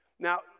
Now